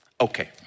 Okay